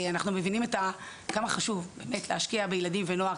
אנחנו מבינים כמה חשוב להשקיע בילדים ונוער.